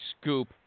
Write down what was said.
scoop